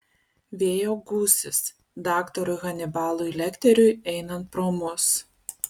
vėjo gūsis daktarui hanibalui lekteriui einant pro mus